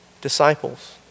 Disciples